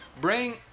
bring